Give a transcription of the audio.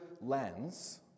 lens